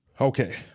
Okay